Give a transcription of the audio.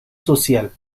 social